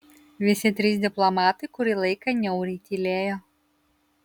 visi trys diplomatai kurį laiką niauriai tylėjo